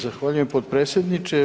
Zahvaljujem potpredsjedniče.